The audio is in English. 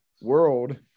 world